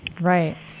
right